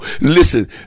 listen